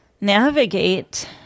navigate